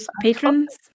patrons